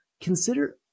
consider